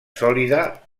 sòlida